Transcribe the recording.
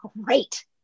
great